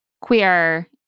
queer